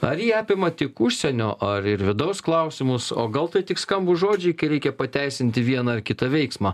ar ji apima tik užsienio ar ir vidaus klausimus o gal tai tik skambūs žodžiai kai reikia pateisinti vieną ar kitą veiksmą